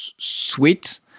Sweet